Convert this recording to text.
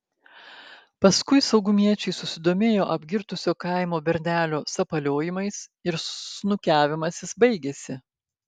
paskui saugumiečiai susidomėjo apgirtusio kaimo bernelio sapaliojimais ir snukiavimasis baigėsi